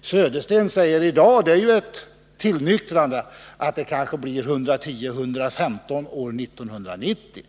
Södersten säger i dag, och det är ju ett tillnyktrande, att det år 1990 kanske blir 110-115 TWh.